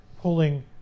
pulling